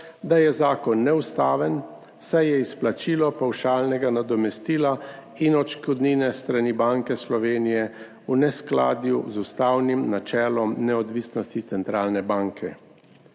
da je zakon neustaven, saj je izplačilo pavšalnega nadomestila in odškodnine s strani Banke Slovenije v neskladju z ustavnim načelom neodvisnosti centralne banke.